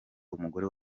umugore